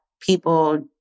people